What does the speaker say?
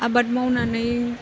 आबाद मावनानै